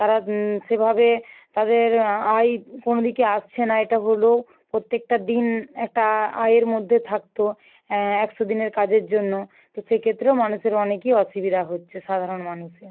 তারা সেভাবে তাদের আয় কোনও দিকেই আসছে না এটা হলো প্রত্যেকটা দিন একটা আয়ের মধ্যে থাকতো একশো দিনের কাজের জন্য তো সেক্ষেত্রেও মানুষের অনেকই অসুবিধা হচ্ছে সাধারণ মানুষের